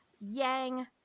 Yang